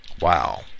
wow